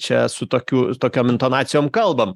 čia su tokiu tokiom intonacijom kalbam